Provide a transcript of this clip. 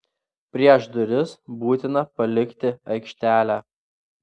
prieš duris būtina palikti aikštelę